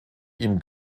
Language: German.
ihm